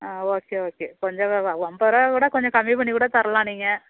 ஆ okay okay கொஞ்ச ஐம்பது ருபாக்கூட கொஞ்சம் கம்மி பண்ணி கூட தரலாம் நீங்கள்